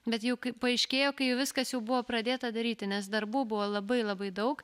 bet jau kai paaiškėjo kai viskas jau buvo pradėta daryti nes darbų buvo labai labai daug